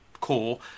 core